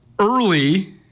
Early